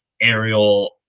aerial